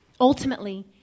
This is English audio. Ultimately